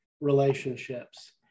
relationships